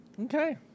Okay